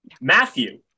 Matthew